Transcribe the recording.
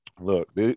Look